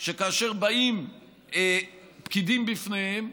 מכיוון שכאשר באים פקידים לפניהם,